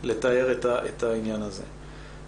לתאר את העניין הזה.